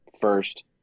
first